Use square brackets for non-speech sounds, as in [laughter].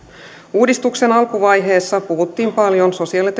uudistuksen alkuvaiheessa puhuttiin paljon sosiaali ja [unintelligible]